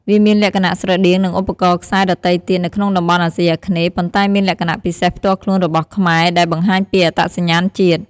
វាមានលក្ខណៈស្រដៀងនឹងឧបករណ៍ខ្សែដទៃទៀតនៅក្នុងតំបន់អាស៊ីអាគ្នេយ៍ ប៉ុន្តែមានលក្ខណៈពិសេសផ្ទាល់ខ្លួនរបស់ខ្មែរ ដែលបង្ហាញពីអត្តសញ្ញាណជាតិ។